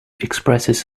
expresses